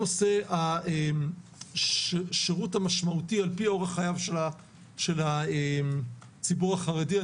הנושא של שירות משמעותי על פי אורח חייו של הציבור החרדי: